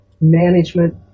management